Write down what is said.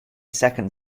second